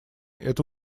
это